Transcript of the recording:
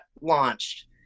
launched